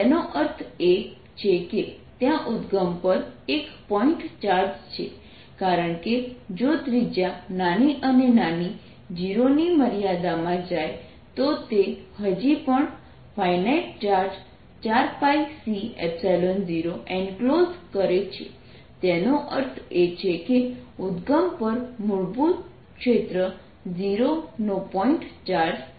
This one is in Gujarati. તેનો અર્થ એ છે કે ત્યાં ઉદ્દગમ પર એક પોઇન્ટ ચાર્જ છે કારણ કે જો ત્રિજ્યા નાની અને નાની 0 ની મર્યાદામાં જાય તો તે હજી પણ ફાઇનાઇટ ચાર્જ 4πC0એન્ક્લોઝ કરે છે તેનો અર્થ એ છે કે ઉદ્દગમ પર મૂળભૂત ક્ષેત્ર 0 નો પોઇન્ટ ચાર્જ છે